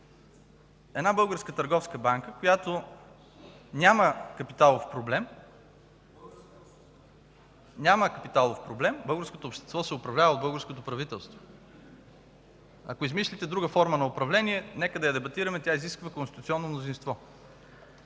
една българска търговска банка, която няма капиталов проблем. (Реплика от БСП ЛБ.) Българското общество се управлява от българското правителство. Ако измислите друга форма на управление, нека да я дебатираме – тя изисква конституционно мнозинство.